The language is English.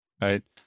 right